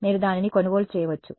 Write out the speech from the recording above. మీరు దానిని కొనుగోలు చేయవచ్చు